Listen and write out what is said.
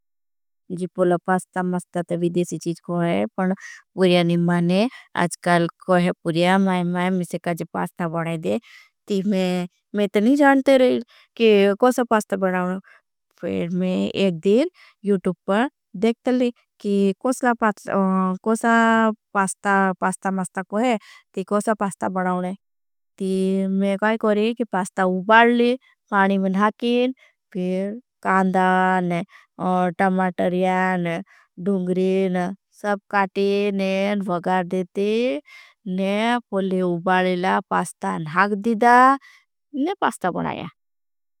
पुर्या नहीं माने अच्काल कोहे पुर्या माई माई मिशे काजी। पास्ता बड़े दे ती मैं ते नहीं जानते रहे कोई कोई पास्ता। बड़ाओने फिर मैं एक दिन यूटूब पर देखते ली कोई। पास्ता बड़ाओने ती मैं कोहे कोई कोई। पास्ता उबाले पानी में हाकेन फिर कांदा। टमाटर्या डुंग्रीन सब काटेन वगार देते ने। पुर्या उबाले ला पास्ता नहाँ हाक दीदा ने पास्ता बनाया।